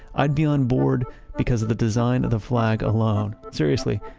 i'd be on board because of the design of the flag alone. seriously.